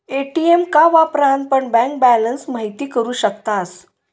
ATM का वापरान पण बँक बॅलंस महिती करू शकतास